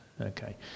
okay